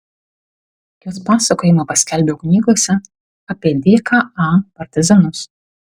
jos pasakojimą paskelbiau knygose apie dka partizanus